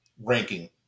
ranking